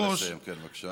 נא לסיים, בבקשה.